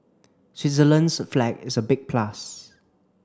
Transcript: Switzerland's flag is a big plus